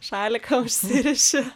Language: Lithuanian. šaliką užsiriši